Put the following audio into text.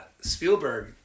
Spielberg